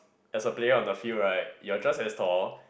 as a player on the field right you're just as tall